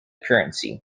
currency